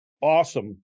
awesome